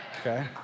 Okay